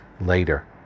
later